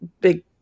big